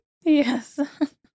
Yes